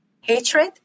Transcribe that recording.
Hatred